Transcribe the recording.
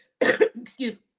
excuse